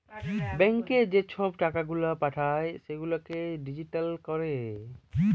ব্যাংকে যে ছব টাকা গুলা পাঠায় সেগুলাকে ডিলিট ক্যরে